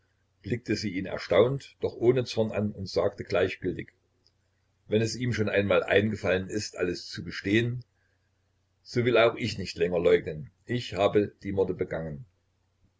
blickte sie ihn erstaunt doch ohne zorn an und sagte gleichgültig wenn es ihm schon einmal eingefallen ist alles zu gestehen so will auch ich nicht länger leugnen ich habe die morde begangen